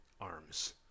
Arms